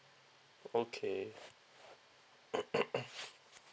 okay